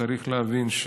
צריך להבין,